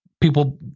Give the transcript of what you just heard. people